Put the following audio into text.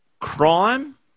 crime